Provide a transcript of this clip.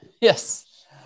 Yes